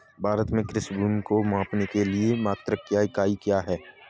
भारत में कृषि भूमि को मापने के लिए मात्रक या इकाई क्या है?